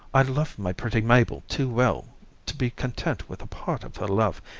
i loved my pretty mabel too well to be content with a part of her love,